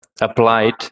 applied